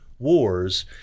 wars